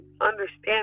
understand